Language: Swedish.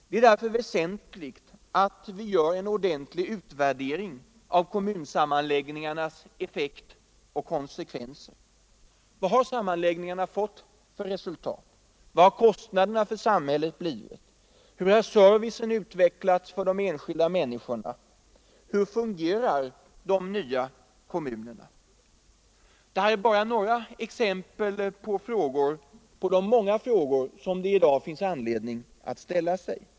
Det är därför nödvändigt att vi gör en ordentlig utvärdering av kommunsammanläggningarnas effekt och konsekvenser. Vad har sammanläggningarna fått för resultat? Vad har kostnaderna för samhället blivit? Hur har servicen utvecklats för de enskilda människorna? Hur fungerar de nya kommunerna? Detta är bara några exempel på de många frågor som det finns anledning att ställa sig.